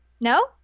No